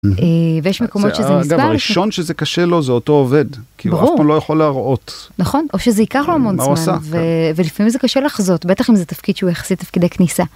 ראשון שזה קשה לו זה אותו עובד כי הוא לא יכול להראות נכון או שזה ייקח לו המון זמן ולפעמים זה קשה לחזות בטח אם זה תפקיד שהוא יחסית תפקידי כניסה.